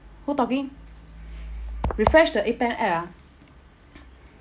who talking refresh the appen app ah